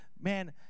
man